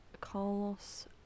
Carlos